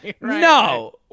No